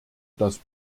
das